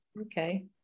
okay